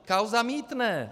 Kauza mýtné.